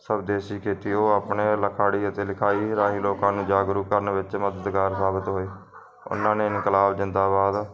ਸਭਦੇਸੀ ਖੇਤੀ ਉਹ ਆਪਣੇ ਲਖਾੜੀ ਤੇ ਲਿਖਾਈ ਰਾਹੀਂ ਲੋਕਾਂ ਨੂੰ ਜਾਗਰੂਕ ਕਰਨ ਵਿੱਚ ਮਦਦਗਾਰ ਸਾਬਿਤ ਹੋਏ ਉਹਨਾਂ ਨੇ ਇਨਕਲਾਬ ਜਿੰਦਾਬਾਦ